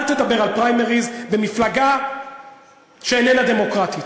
אל תדבר על פריימריז במפלגה שאיננה דמוקרטית.